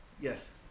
Yes